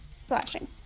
slashing